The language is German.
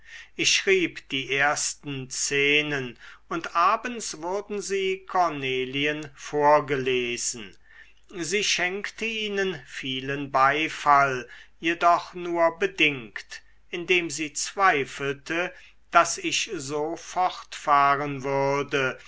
ich schrieb die ersten szenen und abends wurden sie cornelien vorgelesen sie schenkte ihnen vielen beifall jedoch nur bedingt indem sie zweifelte daß ich so fortfahren würde